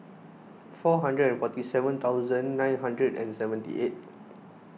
four hundred forty seven thousand nine hundred and seventy eight